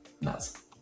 nuts